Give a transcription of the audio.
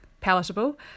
palatable